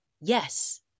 Yes